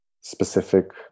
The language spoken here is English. specific